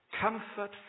Comfort